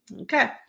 Okay